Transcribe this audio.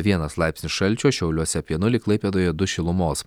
vienas laipsnis šalčio šiauliuose apie nulį klaipėdoje du šilumos